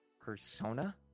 persona